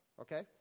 okay